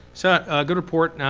so good report.